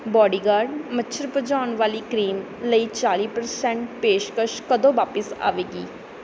bodyguard ਮੱਛਰ ਭਜਾਉਣ ਵਾਲੀ ਕਰੀਮ ਲਈ ਚਾਲੀ ਪਰਸੈਂਟ ਪੇਸ਼ਕਸ਼ ਕਦੋਂ ਵਾਪਸ ਆਵੇਗੀ